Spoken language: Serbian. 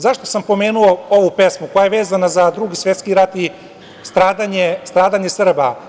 Zašto sam pomenuo ovu pesmu koja je vezana za Drugi svetski rad i stradanje Srba?